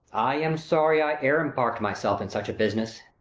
i am sorry i e'er embark'd myself in such a business.